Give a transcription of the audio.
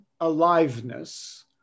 aliveness